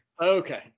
Okay